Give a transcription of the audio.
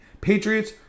Patriots